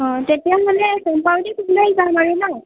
অঁ তেতিয়াহ'লে চম্পাৱতী যাম আৰু নহ্